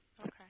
Okay